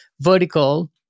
vertical